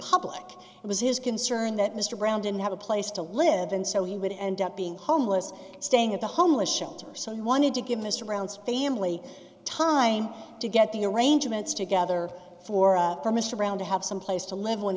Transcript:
public it was his concern that mr brown didn't have a place to live and so he would end up being homeless staying at the homeless shelter so he wanted to give mr brown's family time to get the arrangements together for up to mr brown to have some place to live when